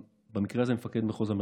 במקרה הזה מפקד מחוז המרכז.